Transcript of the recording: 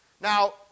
now